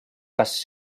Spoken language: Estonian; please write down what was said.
kas